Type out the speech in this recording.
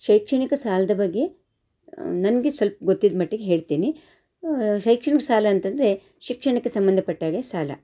ಶೈಕ್ಷಣಿಕ ಸಾಲದ ಬಗ್ಗೆ ನನಗೆ ಸ್ವಲ್ಪ ಗೊತ್ತಿದ್ದ ಮಟ್ಟಿಗೆ ಹೇಳ್ತೀನಿ ಶೈಕ್ಷಣಿಕ ಸಾಲ ಅಂತ ಅಂದ್ರೆ ಶಿಕ್ಷಣಕ್ಕೆ ಸಂಬಂಧಪಟ್ಟ ಹಾಗೆ ಸಾಲ